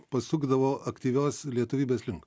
pasukdavo aktyvios lietuvybės link